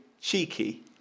cheeky